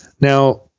Now